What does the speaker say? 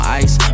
ice